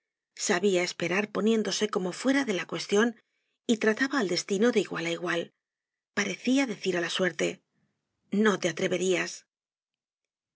sabia esperar poniéndose como fuera de la cuestion y trataba al destino de igual á igual parecia decir á la suerte no te atreverías